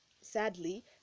sadly